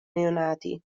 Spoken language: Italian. neonati